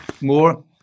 more